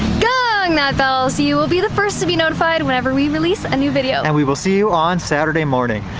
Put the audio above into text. gong that bell! so you will be the first to be notified whenever we release a new video and we will see you on saturday morning.